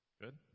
Good